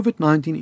COVID-19